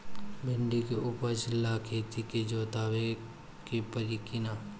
भिंदी के उपजाव ला खेत के जोतावे के परी कि ना?